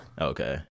okay